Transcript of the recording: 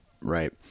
Right